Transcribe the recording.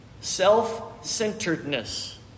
Self-centeredness